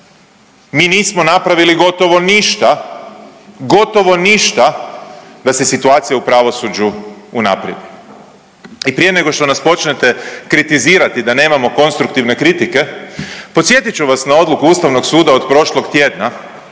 mi nismo napravili gotovo ništa, gotovo ništa da se situacija u pravosuđu unaprijedi i prije nego što nas počnete kritizirati da nemamo konstruktivne kritike podsjetit ću vas na odluku Ustavnog suda od prošlog tjedna